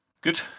Good